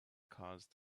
caused